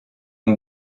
mon